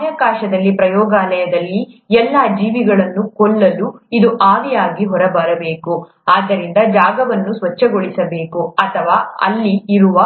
ಬಾಹ್ಯಾಕಾಶದಲ್ಲಿ ಪ್ರಯೋಗಾಲಯದಲ್ಲಿ ಎಲ್ಲಾ ಜೀವಿಗಳನ್ನು ಕೊಲ್ಲಲು ಇದು ಆವಿಯಾಗಿ ಹೊರಬರಬೇಕು ಇದರಿಂದ ಜಾಗವನ್ನು ಸ್ವಚ್ಛಗೊಳಿಸಬಹುದು ಅಥವಾ ಅಲ್ಲಿ ಇರುವ